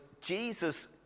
Jesus